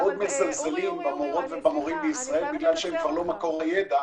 שמאוד מזלזלים במורות ובמורים בישראל בגלל שהם כבר לא מקור הידע,